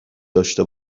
داشته